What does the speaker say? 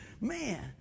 Man